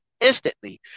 instantly